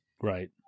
Right